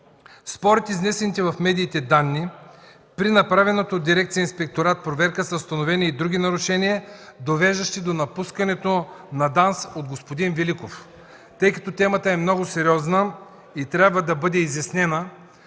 Според изнесените в медиите данни при направената от дирекция „Инспекторат“ проверка са установени и други нарушения, довеждащи до напускането на ДАНС от господин Великов. Тъй като темата е много сериозна и трябва да бъде изяснена,